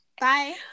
bye